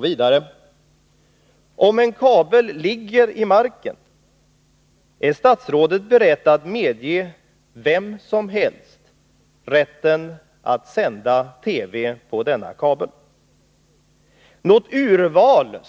Vidare: Är statsrådet beredd att medge vem som helst rätten att sända TV på en kabel som redan ligger i marken?